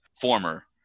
former